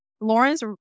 Lawrence